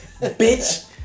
Bitch